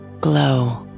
glow